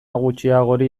gutxiagori